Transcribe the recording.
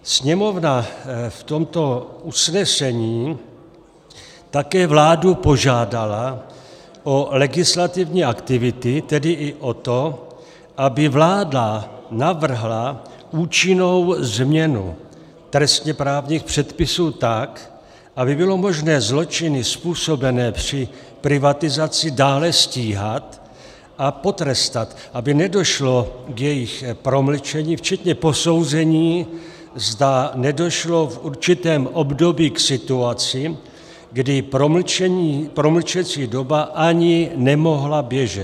Sněmovna v tomto usnesení také vládu požádala o legislativní aktivity, tedy i o to, aby vláda navrhla účinnou změnu trestněprávních předpisů tak, aby bylo možné zločiny způsobené při privatizaci dále stíhat a potrestat, aby nedošlo k jejich promlčení, včetně posouzení, zda nedošlo v určitém období k situacím, kdy promlčecí doba ani nemohla běžet.